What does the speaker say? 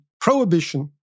Prohibition